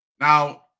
Now